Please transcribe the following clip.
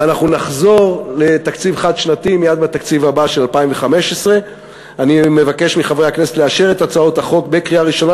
ואנחנו נחזור לתקציב חד-שנתי מייד בתקציב הבא של 2015. אני מבקש מחברי הכנסת לאשר את הצעות החוק בקריאה ראשונה,